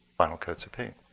final coats of paint.